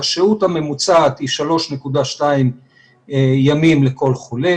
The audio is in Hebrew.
השהות הממוצעת היא 3.2 ימים לכל חולה,